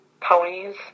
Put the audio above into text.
ponies